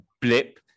blip